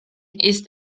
east